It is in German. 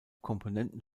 komponenten